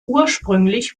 ursprünglich